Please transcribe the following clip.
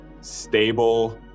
stable